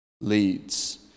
leads